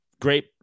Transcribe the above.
great